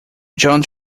john